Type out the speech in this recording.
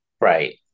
Right